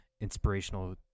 inspirational